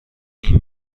این